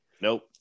nope